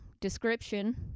description